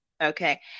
Okay